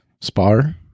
Spar